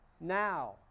now